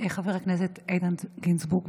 חבר הכנסת איתן גינזבורג.